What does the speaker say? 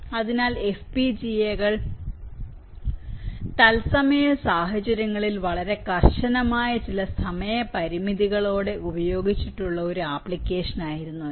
അതിനാൽ FPGA കൾ തത്സമയ സാഹചര്യങ്ങളിൽ വളരെ കർശനമായ ചില സമയ പരിമിതികളോടെ ഉപയോഗിച്ചിട്ടുള്ള ഒരു ആപ്ലിക്കേഷനായിരുന്നു ഇത്